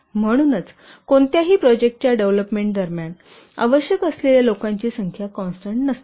म्हणूनच कोणत्याही प्रोजेक्टच्या डेव्हलपमेंट दरम्यान आवश्यक असलेल्या लोकांची संख्या कॉन्स्टन्ट नसते